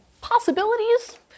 possibilities